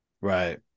right